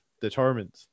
determined